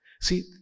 See